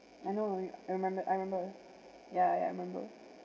I know I remember I remember yeah yeah I remember